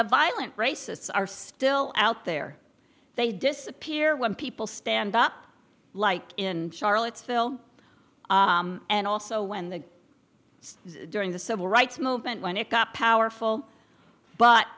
the violent racists are still out there they disappear when people stand up like in charlottesville and also when the during the civil rights movement when it got powerful but